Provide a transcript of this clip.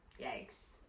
Yikes